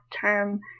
term